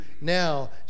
now